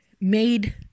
made